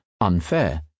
unfair